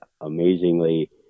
amazingly